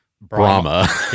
Brahma